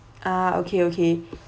ah okay okay